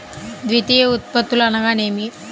ద్వితీయ ఉత్పత్తులు అనగా నేమి?